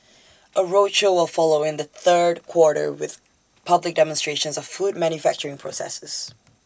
A roadshow will follow in the third quarter with public demonstrations of food manufacturing processes